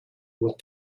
will